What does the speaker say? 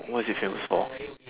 what is it famous for